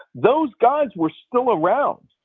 those guys were still around.